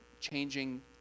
changing